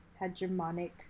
hegemonic